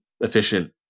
efficient